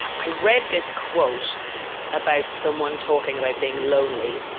i read this quote about someone talking about being lonely.